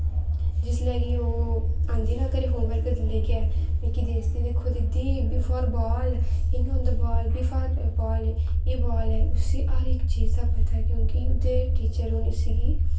जिसलै कि ओह् आंदी ना घरे गी होमबर्क दिंदे लेइयै मिगी दस्सदी दिक्खो दीदी बी फार बाल इ'यां होंदा बाल बी फार बॉल एह् बॉल ऐ उस्सी हर इक चीज दा पता ऐ कि ओह्दे टीचर उसगी